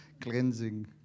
cleansing